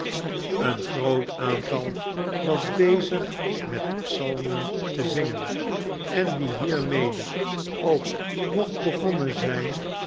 een groot aantal was bezig met psalmen te zingen en wie hiermede ook mocht begonnen zijn